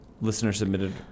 listener-submitted